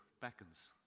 beckons